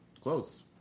Close